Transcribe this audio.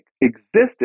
existed